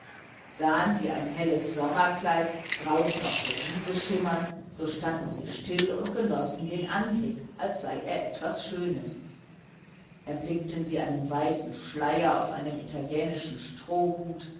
sahen sie ein helles sommerkleid draußen auf der wiese schimmern so standen sie still und genossen den anblick als sei er etwas schönes erblickten sie einen weißen schleier auf einem italienischen strohhut